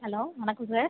hello வணக்கம் sir